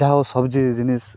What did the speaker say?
ᱡᱟᱦᱳ ᱥᱚᱵᱽᱡᱤ ᱡᱤᱱᱤᱥ ᱩᱛᱯᱚᱱᱱᱚ